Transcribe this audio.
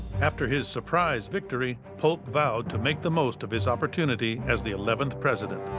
after his surprise victory, polk vowed to make the most of his opportunity as the eleventh president.